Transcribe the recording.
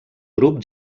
grup